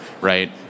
right